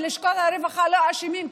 בלשכת הרווחה לא אשמים,